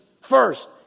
first